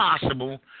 possible